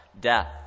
death